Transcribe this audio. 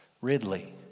ridley